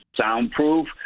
Soundproof